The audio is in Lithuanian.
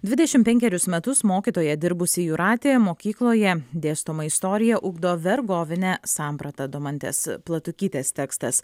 dvidešimt penkerius metus mokytoja dirbusi jūratė mokykloje dėstomą istoriją ugdo vergovine samprata domantės platukytės tekstas